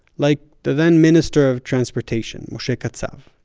like the then minister of transportation, moshe katsav.